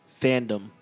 fandom